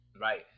Right